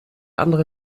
andere